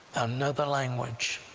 another language.